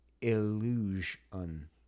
illusion